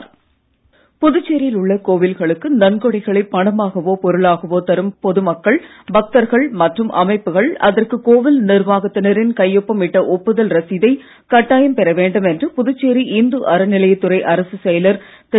உள்ள கோவில்களுக்கு புதுச்சேரியில் நன்கொடைகளை பணமாகவோ பொருளாகவே தரும் பொது மக்கள் பக்தர்கள் மற்றும் அமைப்புகள் அதற்கு கோவில் நிர்வாகத்தினரின் கையொப்பம் இட்ட ஒப்புதல் ரசீதை கட்டாயம் பெற வேண்டும் என்று புதுச்சேரி இந்து அறநிலையத் துறை அரசுச் செயலர் திரு